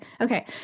okay